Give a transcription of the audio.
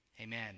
amen